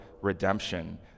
redemption